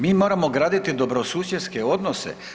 Mi moramo graditi dobrosusjedske odnose.